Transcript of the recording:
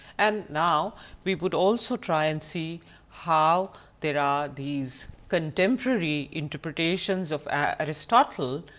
and now we would also try and see how there are these contemporary interpretations of aristotle,